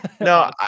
No